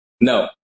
No